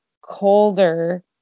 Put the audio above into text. colder